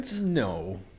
No